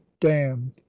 damned